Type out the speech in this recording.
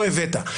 לא הבאת.